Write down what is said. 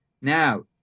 Now